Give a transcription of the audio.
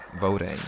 voting